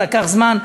לקח זמן.